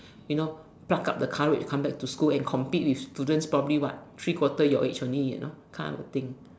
you know pluck up the courage come back to school and compete with students probably what three quarter your age only you know kind of thing